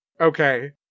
Okay